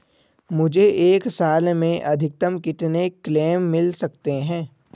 मुझे एक साल में अधिकतम कितने क्लेम मिल सकते हैं?